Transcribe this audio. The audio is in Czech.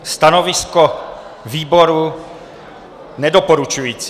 Stanovisko výboru nedoporučující.